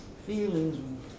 Feelings